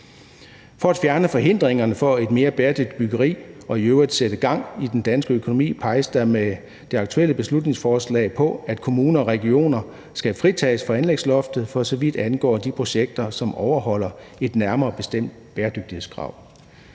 For at fjerne forhindringerne for et mere bæredygtigt byggeri og i øvrigt sætte gang i den danske økonomi peges der med det aktuelle beslutningsforslag på, at kommuner og regioner skal fritages for anlægsloftet, for så vidt angår de projekter, som overholder et nærmere bestemt bæredygtighedskrav.